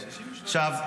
עכשיו,